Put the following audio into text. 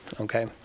Okay